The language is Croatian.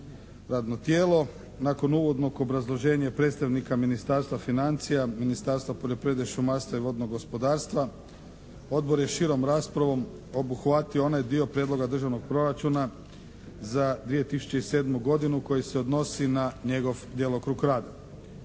radno tijelo. Nakon uvodnog obrazloženja predstavnika Ministarstva financija, Ministarstva poljoprivrede i šumarstva i vodnog gospodarstva, odbor je širom raspravom obuhvatio onaj dio Prijedloga državnog proračuna za 2007. godinu koji se odnosi na njegov djelokrug rada.